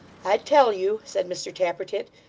i tell you said mr tappertit,